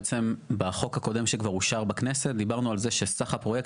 בחוק הקודם שכבר אושר בכנסת דיברנו על זה שסך הפרויקט